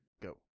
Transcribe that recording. go